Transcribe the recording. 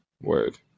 word